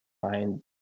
find